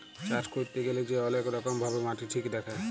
চাষ ক্যইরতে গ্যালে যে অলেক রকম ভাবে মাটি ঠিক দ্যাখে